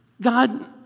God